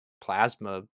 plasma